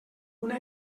una